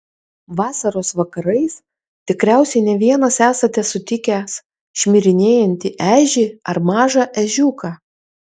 vasaros vakarais tikriausiai ne vienas esate sutikęs šmirinėjantį ežį ar mažą ežiuką